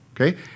Okay